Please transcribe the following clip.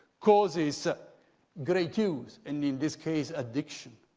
causes great use, and in this case addiction.